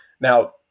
Now